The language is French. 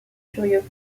furieux